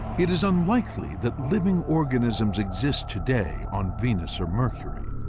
it is unlikely that living organisms exist today on venus or mercury,